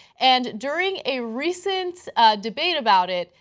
and during a recent debate about it,